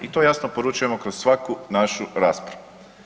I to jasno poručujemo kroz svaku našu raspravu.